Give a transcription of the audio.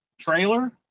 trailer